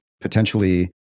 potentially